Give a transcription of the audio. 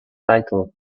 title